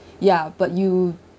ya but you